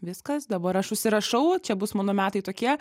viskas dabar aš užsirašau čia bus mano metai tokie